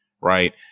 Right